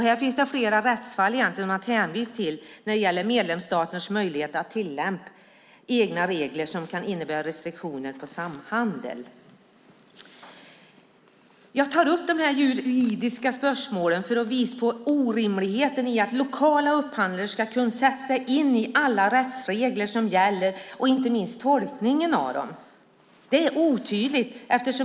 Här finns det flera rättsfall att hänvisa till när det gäller medlemsstaters möjligheter att tillämpa egna regler som kan innebära restriktioner för samhandel. Jag tar upp de här juridiska spörsmålen för att visa på orimligheten i att lokala upphandlare ska sätta sig in i alla rättsregler som gäller, inte minst tolkningen av dem. Det är otydligt.